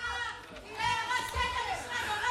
שקרן ונוכל.